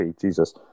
Jesus